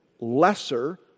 lesser